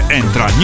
entra